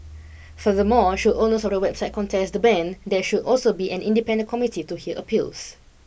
furthermore should owners of the websites contest the ban there should also be an independent committee to hear appeals